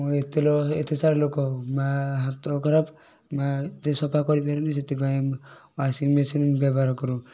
ଏତେ ଲୋକ ଏତେ ସାରା ଲୋକ ମାଆ ହାତ ଖରାପ ମାଆ ଏତେ ସଫା କରିପାରୁନି ସେଥିପାଇଁ ୱାସିଙ୍ଗ୍ ମେସିନ୍ ବ୍ୟବହାର କରୁ